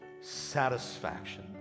satisfaction